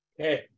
okay